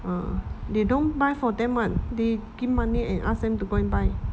ah they don't buy for them what they give money and ask them to go and buy